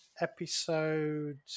episode